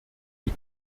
die